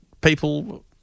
people